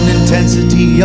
intensity